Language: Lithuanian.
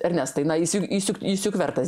ernestai na is is juk is juk vertas